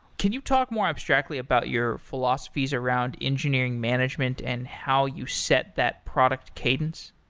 can you talk more abstractly about your philosophies around engineering management and how you set that product cadence?